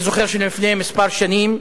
אני זוכר שלפני כמה שנים